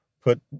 put